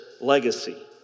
legacy